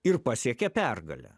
ir pasiekė pergalę